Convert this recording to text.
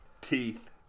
Teeth